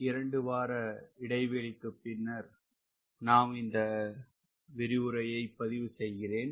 இரண்டு வார இடைவெளிக்கு பின்னர் நான் இந்த விரிவுரையை பதிவு செய்கிறேன்